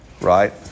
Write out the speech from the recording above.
Right